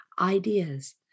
ideas